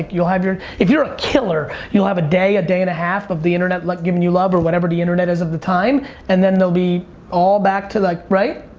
you'll have your, if you're a killer, you'll have a day, a day and a half of the internet giving you love or whatever the internet is of the time and then they'll be all back to like right?